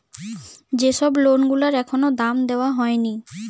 যে সব লোন গুলার এখনো দাম দেওয়া হয়নি